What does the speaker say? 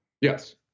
Yes